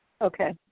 okay